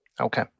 Okay